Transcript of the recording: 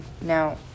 Now